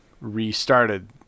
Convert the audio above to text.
restarted